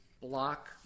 block